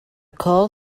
car